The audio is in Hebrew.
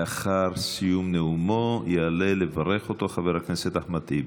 לאחר סיום נאומו יעלה לברך אותו חבר הכנסת אחמד טיבי.